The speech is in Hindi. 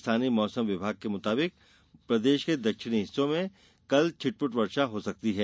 स्थानीय मौसम विभाग के मुताबिक प्रदेश के दक्षिण हिस्से में कल छुटपुट वर्षा हो सकती है